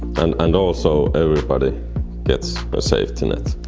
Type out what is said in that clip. and and also everybody gets a safety net